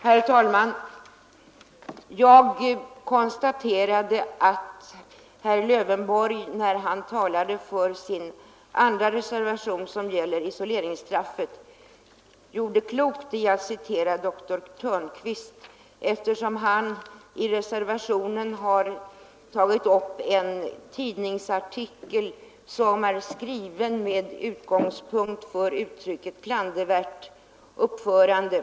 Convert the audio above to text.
Herr talman! I mitt anförande konstaterade jag att herr Lövenborg, när han talade för sin reservation om avskaffande av isolering, gjorde klokt i att citera överläkaren Karl-Erik Törnqvist. Herr Lövenborg har nämligen i reservationen citerat en tidningsartikel som är skriven med utgångspunkt från uttrycket ”klandervärt uppförande”.